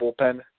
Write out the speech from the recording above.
bullpen